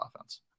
offense